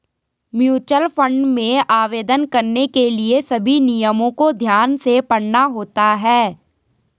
mutual fund में आवेदन करने के लिए सभी नियमों को ध्यान से पढ़ना होता है